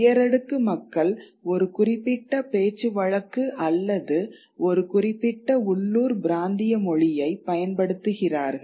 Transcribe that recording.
உயரடுக்கு மக்கள் ஒரு குறிப்பிட்ட பேச்சுவழக்கு அல்லது ஒரு குறிப்பிட்ட உள்ளூர் பிராந்திய மொழியை பயன்படுத்துகிறார்கள்